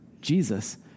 Jesus